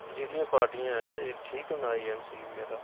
जेह्डियां पार्टियां न एह् ठीक न आई एन सी बगैरा